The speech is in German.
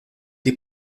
die